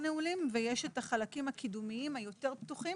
נעולים ויש את החלקים הקידומיים היותר פתוחים.